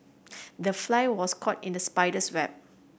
the fly was caught in the spider's web